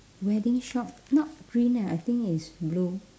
wedding shop not green ah I think is blue